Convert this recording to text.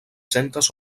centes